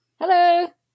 Hello